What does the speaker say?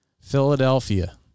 Philadelphia